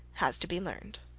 has to be learned.